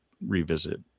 revisit